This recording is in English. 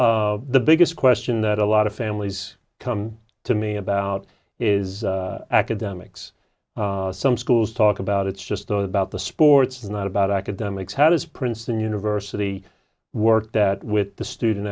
the biggest question that a lot of families come to me about is academics some schools talk about it's just about the sports not about academics how does princeton university work that with the student